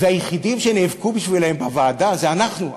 והיחידים שנאבקו בשבילם בוועדה זה אנחנו,